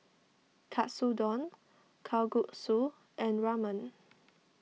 Katsudon Kalguksu and Ramen